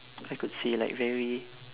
I could say like very